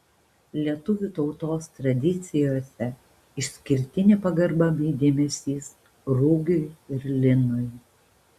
lietuvių tautos tradicijose išskirtinė pagarba bei dėmesys rugiui ir linui